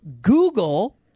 Google